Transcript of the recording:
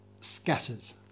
scatters